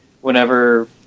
whenever